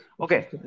Okay